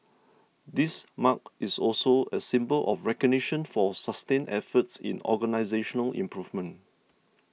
this mark is also a symbol of recognition for sustained efforts in organisational improvement